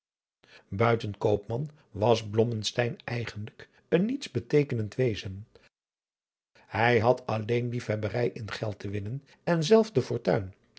koopman was blommesteyn eigenlijk een niets beteekenend wezen hij had alleen liefhebberij in geld te winnen en zelf de fortuin